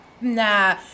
Nah